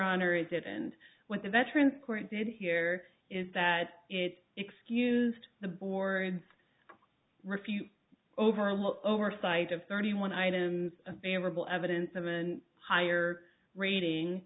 honor it did and what the veterans court did here is that it's excused the board refute overlook oversight of thirty one items available evidence of an higher rating